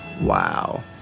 Wow